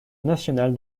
national